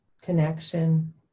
connection